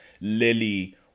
Lily